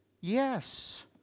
yes